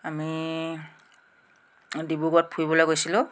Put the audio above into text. আমি ডিব্ৰুগড়ত ফুৰিবলৈ গৈছিলোঁ